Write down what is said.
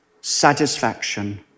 satisfaction